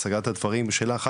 את סגרת את הדברים שלך,